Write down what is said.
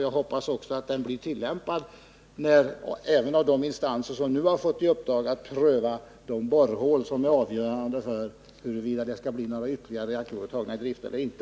Jag hoppas att den blir tillämpad även av de instanser som nu fått i uppdrag att pröva de borrhål som är avgörande för huruvida ytterligare reaktorer skall tas i drift eller inte.